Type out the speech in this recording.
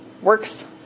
works